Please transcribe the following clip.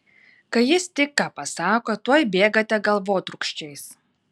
kai jis tik ką pasako tuoj bėgate galvotrūkčiais